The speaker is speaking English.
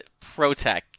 ProTech